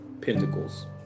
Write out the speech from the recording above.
Pentacles